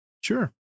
Sure